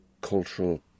cultural